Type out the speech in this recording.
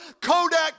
Kodak